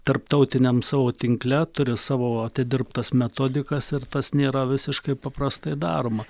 tarptautiniam savo tinkle turi savo atidirbtas metodikas ir tas nėra visiškai paprastai daroma